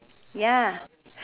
ya